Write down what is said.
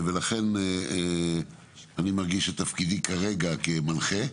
ולכן, אני מרגיש שתפקידי כרגע, הוא כמנחה,